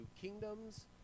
kingdoms